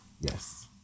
Yes